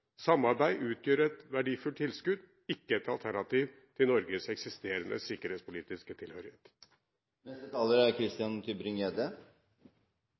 Samarbeid utgjør et verdifullt tilskudd, ikke et alternativ til Norges eksisterende sikkerhetspolitiske tilhørighet.